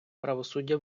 правосуддя